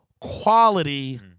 quality